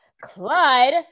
Clyde